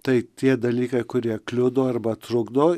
tai tie dalykai kurie kliudo arba trukdo